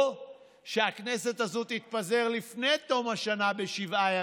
או שהכנסת הזאת תתפזר לפני תום השנה בשבעה ימים.